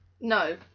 No